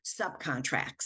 subcontracts